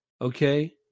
Okay